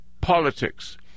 politics